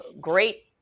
great